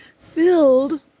filled